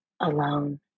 alone